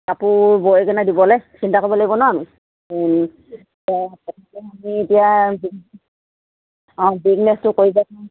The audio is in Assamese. কাপোৰ বৈকেনে দিবলে চিন্তা কৰিব লাগিব ন আমি আমি এতিয়া অঁ বিজনেছটো কৰিব